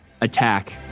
attack